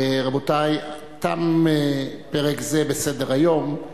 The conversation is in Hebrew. רבותי, תם פרק זה בסדר-היום,